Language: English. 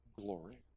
glory